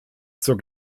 zur